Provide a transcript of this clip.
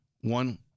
One